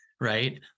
Right